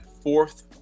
fourth